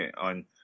on